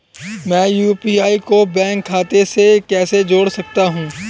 मैं यू.पी.आई को बैंक खाते से कैसे जोड़ सकता हूँ?